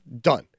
Done